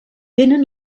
tenen